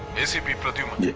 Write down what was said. acp pradyuman yes.